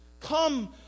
Come